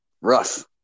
rough